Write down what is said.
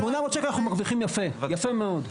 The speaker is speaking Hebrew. ב-800 שקל אנחנו מרוויחים יפה, יפה מאוד.